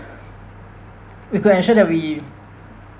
we could ensure that we